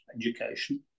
education